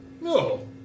no